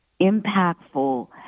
impactful